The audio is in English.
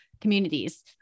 communities